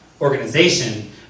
organization